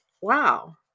wow